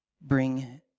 bring